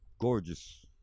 gorgeous